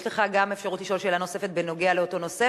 יש לך גם אפשרות לשאול שאלה נוספת בנוגע לאותו נושא,